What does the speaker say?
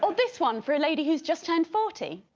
ah this one for a lady who's just turned forty.